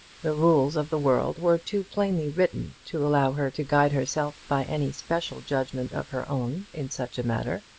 the rules of the world were too plainly written to allow her to guide herself by any special judgment of her own in such a matter.